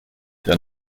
der